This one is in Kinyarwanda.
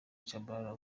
tchabalala